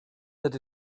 that